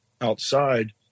outside